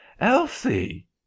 Elsie